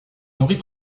nourrit